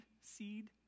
seed